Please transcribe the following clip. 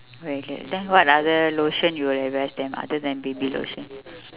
okay then what other lotion you will advise them other than baby lotion